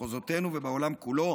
במחוזותינו ובעולם כולו,